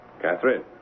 Catherine